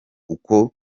uko